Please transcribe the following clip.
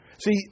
See